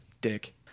Dick